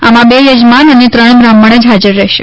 આમાં બે યજમાન અને ત્રણ બ્રાહ્મણ જ હાજર રહેશે